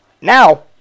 now